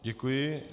Děkuji.